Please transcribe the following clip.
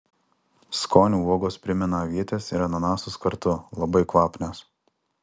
skoniu uogos primena avietes ir ananasus kartu labai kvapnios